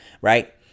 Right